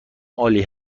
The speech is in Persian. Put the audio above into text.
عالی